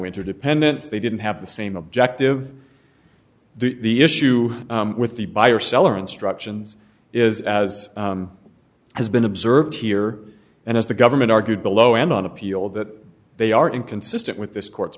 interdependence they didn't have the same objective the issue with the buyer seller instructions is as has been observed here and as the government argued below and on appeal that they are inconsistent with this court